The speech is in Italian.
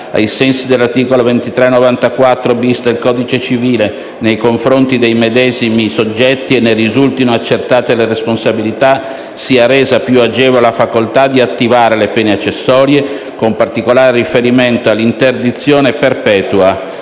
ai sensi dell'articolo 2394*-bis* del codice civile nei confronti dei medesimi soggetti e ne risultino accertate le responsabilità, sia resa più agevole la facoltà di attivare le pene accessorie, con particolare riferimento all'interdizione perpetua